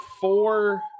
four